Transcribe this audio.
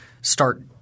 start